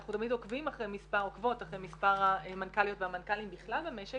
אנחנו תמיד עוקבות אחר מספר המנכ"ליות והמנכ"לים בכלל במשק